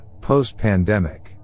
post-pandemic